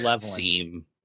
theme